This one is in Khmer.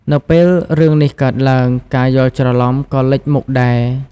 នៅពេលរឿងនេះកើតឡើង ការយល់ច្រឡំក៏លេចមុខដែរ។